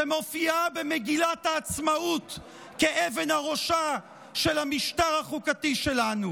שמופיעה במגילת העצמאות כאבן הראשה של המשטר החוקתי שלנו.